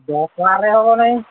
ଦଶ ଟଙ୍କାରେ ହେବନାହିଁ